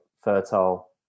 fertile